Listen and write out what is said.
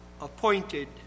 appointed